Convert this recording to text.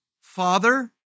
Father